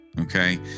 Okay